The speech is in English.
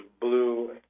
blue